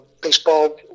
baseball